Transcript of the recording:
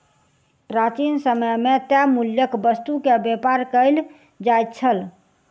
प्राचीन समय मे तय मूल्यक वस्तु के व्यापार कयल जाइत छल